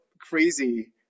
crazy